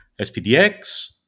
SPDX